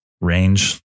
range